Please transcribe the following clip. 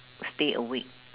stay awake